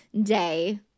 day